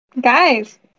Guys